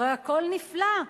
הרי הכול נפלא,